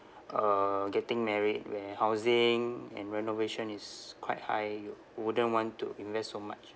uh getting married where housing and renovation is quite high you wouldn't want to invest so much